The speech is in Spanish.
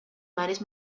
mares